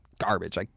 garbage